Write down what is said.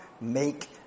make